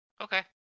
Okay